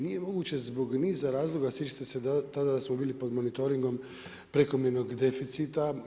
Nije moguće zbog niza razloga, sjećate se tada da smo bili pod monitoringom prekomjernog deficita.